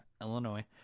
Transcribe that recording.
Illinois